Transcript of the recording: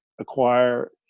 acquire